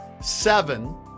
seven